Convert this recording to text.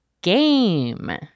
game